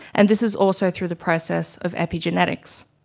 and this is also through the process of epigenetics.